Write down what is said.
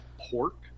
pork